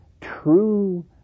true